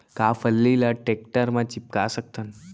का फल्ली ल टेकटर म टिपका सकथन?